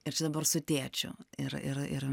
ir čia dabar su tėčiu ir ir ir